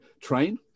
train